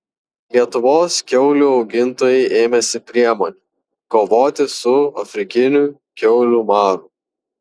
lietuvos kiaulių augintojai ėmėsi priemonių kovoti su afrikiniu kiaulių maru